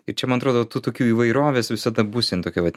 ir čia man atrodo tų tokių įvairovės visa ta būsena tokia vat